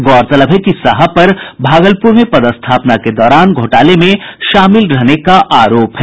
गौरतलब है कि साहा पर भागलपुर में पदस्थापना के दौरान घोटाले में शामिल होने का आरोप है